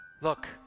look